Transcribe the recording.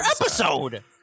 episode